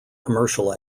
commercial